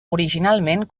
originalment